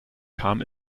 kam